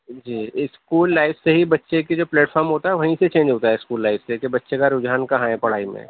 جی school life سے ہی بچے کی جو پلیٹ فارم ہوتا ہے وہیں سے چینج ہوتا ہے اسکول لائف سے کہ بچے کا رجحان کہاں ہے پڑھائی میں